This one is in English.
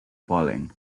polling